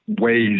ways